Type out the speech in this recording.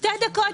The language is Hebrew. שתי דקות.